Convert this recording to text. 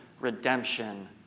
redemption